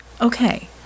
Okay